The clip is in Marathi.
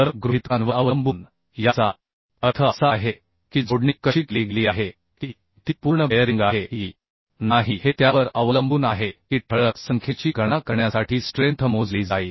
तर गृहितकांवर अवलंबून याचा अर्थ असा आहे की जोडणी कशी केली गेली आहे की ती पूर्ण बेअरिंग आहे की नाही हे त्यावर अवलंबून आहे की ठळक संख्येची गणना करण्यासाठी स्ट्रेंथ मोजली जाईल